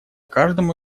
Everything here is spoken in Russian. каждому